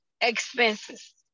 expenses